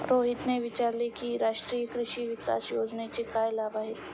रोहितने विचारले की राष्ट्रीय कृषी विकास योजनेचे काय लाभ आहेत?